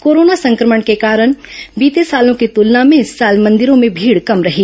corona संक्रमण के कारण बीते सालों की तुलना में इस साल मंदिरों में भीड़ कम रही